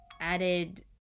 added